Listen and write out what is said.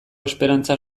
esperantza